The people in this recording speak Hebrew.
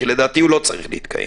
כי לדעתי הוא לא צריך להתקיים.